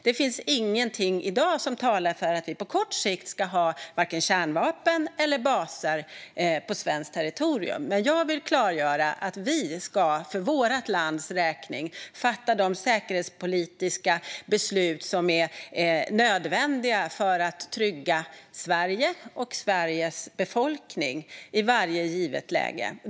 Det finns ingenting i dag som talar för att vi på kort sikt ska ha vare sig kärnvapen eller baser på svenskt territorium, men jag vill klargöra att vi för vårt lands räkning ska fatta de säkerhetspolitiska beslut som är nödvändiga för att trygga Sverige och Sveriges befolkning i varje givet läge.